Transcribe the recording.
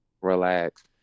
Relax